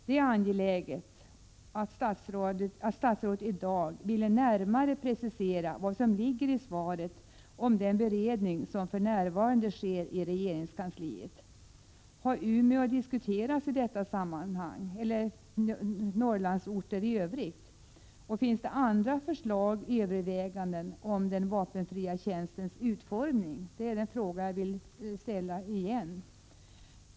Det är angeläget att statsrådet i dag närmare preciserar vad som ligger i svaret om den beredning som för närvarande sker i regeringskansliet. Har 41 Umeå eller Norrlandsorter i övrigt diskuterats i detta sammanhang? Finns det andra förslag och överväganden om vapenfritjänstens utformning?